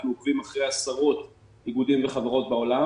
אנחנו עוקבים אחרי עשרות איגודים וחברות בעולם